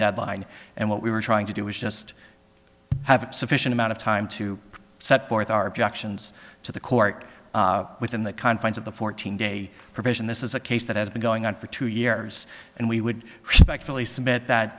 deadline and what we were trying to do was just have a sufficient amount of time to set forth our objections to the court within the confines of the fourteen day provision this is a case that has been going on for two years and we would respectfully submit that